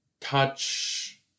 touch